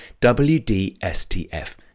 WDSTF